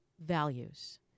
values